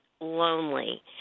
lonely